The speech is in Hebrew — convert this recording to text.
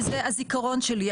וזה הזיכרון שלי,